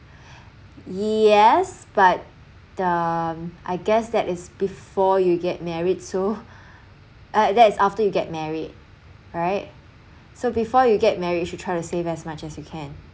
yes but the I guess that is before you get married so uh that is after you get married right so before you get married should try to save as much as you can